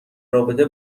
رابطه